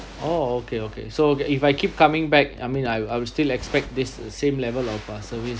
oh okay okay so if I keep coming back I mean I I would still expect this same level of uh service